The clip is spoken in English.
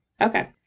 Okay